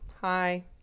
Hi